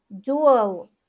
dual